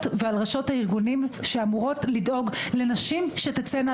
וראשת הארגונים שאמורות לדאוג לנשים שתצאנה